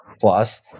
plus